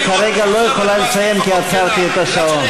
היא כרגע לא יכולה לסיים כי עצרתי את השעון.